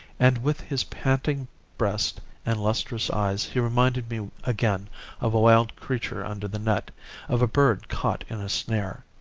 and with his panting breast and lustrous eyes he reminded me again of a wild creature under the net of a bird caught in a snare.